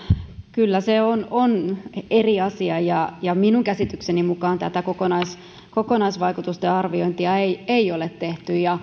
kyllä se on on eri asia ja ja minun käsitykseni mukaan tätä kokonaisvaikutusten arviointia ei ei ole tehty